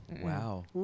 Wow